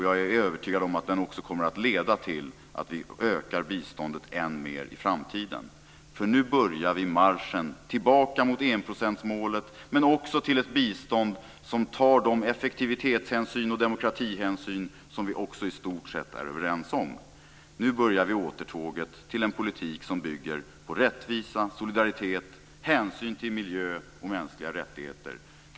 Jag är övertygad om att den också kommer att leda till att vi ökar biståndet än mer i framtiden. För nu börjar vi marschen tillbaka till enprocentsmålet, men också till ett bistånd som tar de effektivitetshänsyn och demokratihänsyn som vi också i stort sett är överens om. Nu börjar vi återtåget till en politik som bygger på rättvisa, solidaritet, hänsyn till miljö och mänskliga rättigheter.